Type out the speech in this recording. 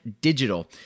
Digital